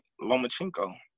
Lomachenko